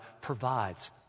provides